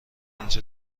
اینجا